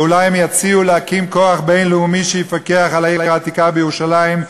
ואולי הם יציעו להקים כוח בין-לאומי שיפקח על העיר העתיקה בירושלים,